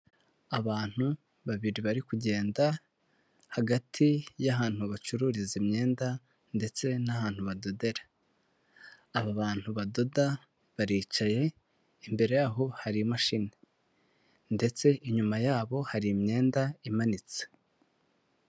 Abantu babiri bari kugenda hagati y'ahantu bacururiza imyenda ndetse n'ahantu badodera, aba bantu badoda baricaye imbere yaho hari imashini ndetse inyuma yabo hari imyenda imanitse.